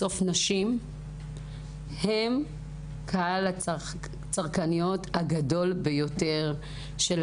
בסוף נשים הן קהל הצרכנים הגדול ביותר של